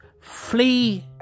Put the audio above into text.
flee